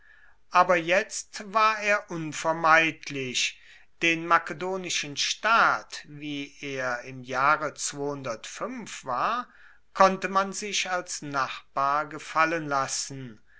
aber jetzt war er unvermeidlich den makedonischen staat wie er im jahre war konnte man sich als nachbar gefallen lassen